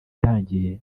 irangiye